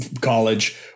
college